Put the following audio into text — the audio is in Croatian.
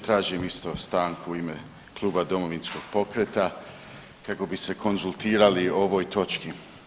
Tražim isto stanku u ime Kluba Domovinskog pokreta kako bi se konzultirali o ovoj točki.